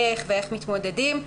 איך ואיך מתמודדים .